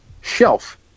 shelf